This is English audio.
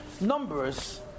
numbers